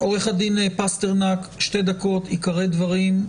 עורך הדין פסטרנק, שתי דקות לעיקרי הדברים.